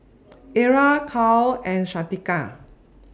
Ara Cal and Shanika